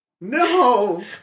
No